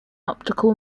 optical